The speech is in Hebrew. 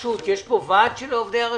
פה ועד של עובדי הרשות?